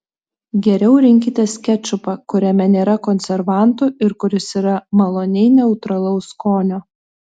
geriau rinkitės kečupą kuriame nėra konservantų ir kuris yra maloniai neutralaus skonio